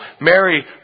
Mary